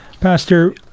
Pastor